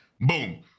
Boom